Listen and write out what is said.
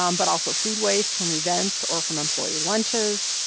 um but also food waste from events or from employee lunches,